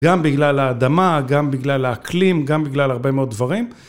גם בגלל האדמה, גם בגלל האקלים, גם בגלל הרבה מאוד דברים.